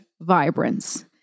vibrance